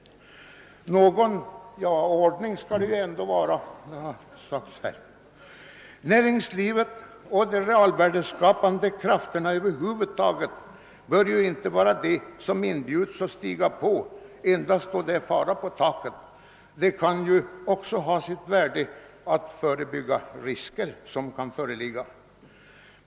»Någon ordning skall det ändå vara», har det ju sagts. Näringslivet och de realvärdeskapande krafterna över huvud taget bör ju inte vara de som inbjuds att stiga på endast då det är fara på taket. Det kan ju också ha sitt värde att förebygga de risker som kan föreligga.